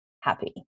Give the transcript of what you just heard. happy